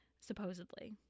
supposedly